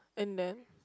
and then